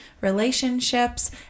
relationships